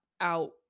out